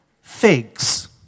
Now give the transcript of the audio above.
figs